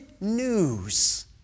news